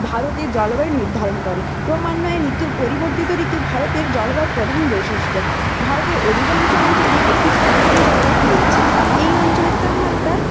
ভারতের জলবায়ু নির্ধারণ করে ক্রমান্বয়ে ঋতু পরিবর্তিত ঋতু ভারতের জলবায়ুর প্রধান বৈশিষ্ট্য ভারতের অধিকাংশ অঞ্চলে একটি ক্রান্তীয় জলবায়ু রয়েছে এই অঞ্চলের তাপমাত্রা